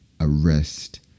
arrest